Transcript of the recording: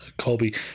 colby